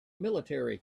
military